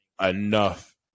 enough